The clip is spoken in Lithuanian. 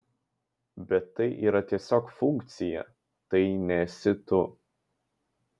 bet tai yra tiesiog funkcija tai nesi tu